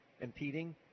impeding